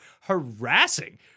harassing